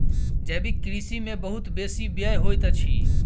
जैविक कृषि में बहुत बेसी व्यय होइत अछि